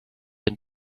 and